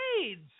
AIDS